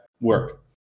work